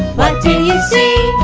what do you see?